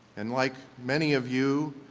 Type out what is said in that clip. and like many of you,